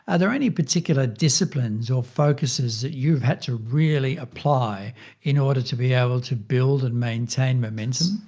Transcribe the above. ah there any particular disciplines or focuses that you've had to really apply in order to be able to build and maintain momentum?